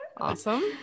Awesome